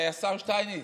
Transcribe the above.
השר שטייניץ,